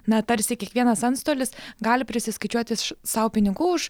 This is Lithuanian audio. na tarsi kiekvienas antstolis gali prisiskaičiuoti sau pinigų už